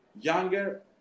Younger